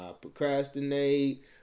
procrastinate